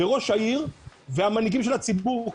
ראש העיר והמנהיגים של הציבור,